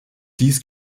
dies